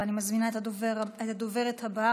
ואני מזמינה את הדוברת הבאה,